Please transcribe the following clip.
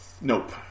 nope